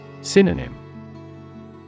Synonym